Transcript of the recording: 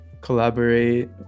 collaborate